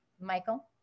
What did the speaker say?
Michael